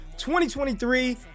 2023